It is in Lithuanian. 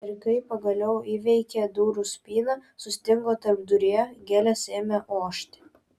ir kai pagaliau įveikė durų spyną sustingo tarpduryje gėlės ėmė ošti